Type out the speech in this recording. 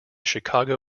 chicago